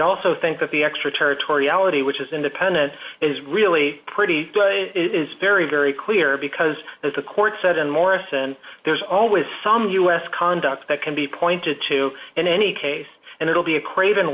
also think that the extraterritoriality which is independent is really pretty is very very clear because there's a court set in morrison there's always some us conduct that can be pointed to in any case and it'll be a craven